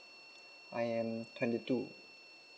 I am twenty two